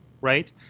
Right